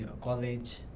college